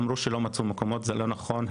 אמרו שלא מצאו מקומות אבל זה לא נכון,